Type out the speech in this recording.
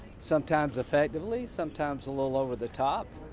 sometimes effectively, sometimes a little over-the-top,